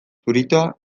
zuritoa